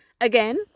again